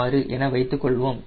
6 என வைத்துக்கொள்வோம்